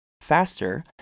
faster